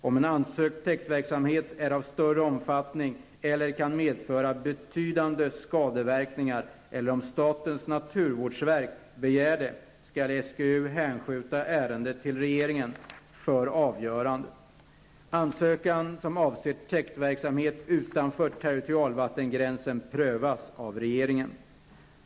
Om en ansökt täktverksamhet är av större omfattning eller kan medföra betydande skadeverkningar eller om statens naturvårdsverk begär det, skall SGU hänskjuta ärendet till regeringen för avgörande. Ansökan som avser täktverksamhet utanför territorialgränsen prövas av regeringen.